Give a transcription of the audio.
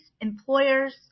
employers